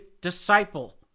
disciple